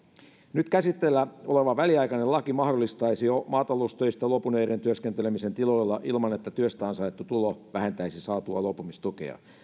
nyt käsitteillä oleva väliaikainen laki mahdollistaisi jo maataloustöistä luopuneiden työskentelemisen tiloilla ilman että työstä ansaittu tulo vähentäisi saatua luopumistukea